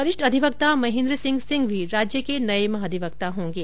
वरिष्ठ अधिवक्ता महेन्द्र सिंह सिंघवी राज्य के नये महाधिवक्ता होंगे